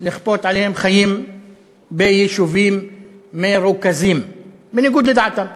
לכפות עליהם חיים ביישובים מרוכזים בניגוד לדעתם.